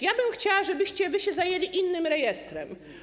Ja bym chciała, żebyście wy się zajęli innym rejestrem.